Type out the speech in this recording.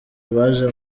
baje